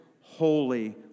holy